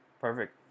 Perfect